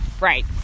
Right